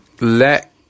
let